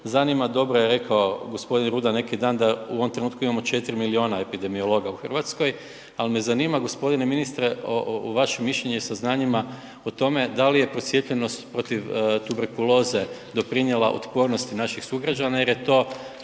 zanima, dobro je rekao g. Rudan neki dan, da u ovom trenutku imamo 4 milijuna epidemiologa u Hrvatskoj, ali me zanima g. ministre, vaše mišljenje i saznanjima o tome, da li je procijepljenost protiv tuberkuloze doprinijela otpornosti naših sugrađana jer je to